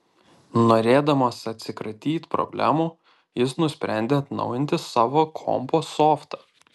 norėdamas atsikratyt problemų jis nusprendė atnaujinti savo kompo softą